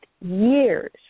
years